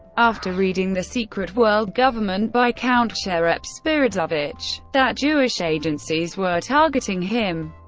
after reading the secret world government by count cherep-spiridovich, that jewish agencies were targeting him.